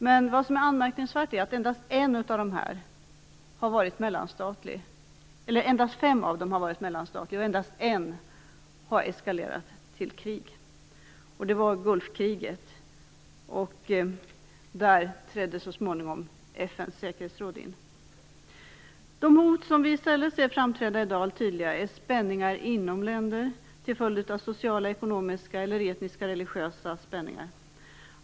Men vad som är anmärkningsvärt är att endast fem av dessa har varit mellanstatliga, och endast en har eskalerat till krig. Det var Gulfkriget, och där trädde så småningom De hot som vi i stället ser framträda i dag är spänningar inom länder till följd av sociala, ekonomiska, etniska eller religiösa motsättningar.